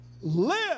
live